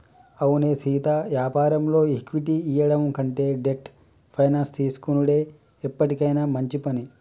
అవునే సీతా యాపారంలో ఈక్విటీ ఇయ్యడం కంటే డెట్ ఫైనాన్స్ తీసుకొనుడే ఎప్పటికైనా మంచి పని